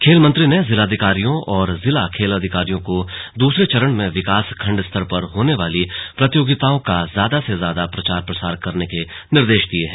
खेल मंत्री ने जिलाधिकारियों और जिला खेल अधिकारियों को दूसरे चरण में विकास खण्ड स्तर पर होने वाली प्रतियोगिताओं का ज्यादा से ज्यादा प्रचार प्रसार करने के निर्देश दिये हैं